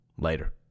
Later